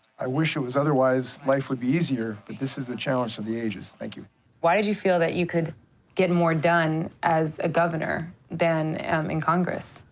i wish it was otherwise. life would be easier, but this is the challenge for the ages. thank you. munn why did you feel that you could get more done as a governor than in congress?